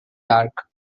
dark